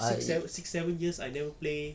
six seven six seven years I never play